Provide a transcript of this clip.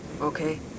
Okay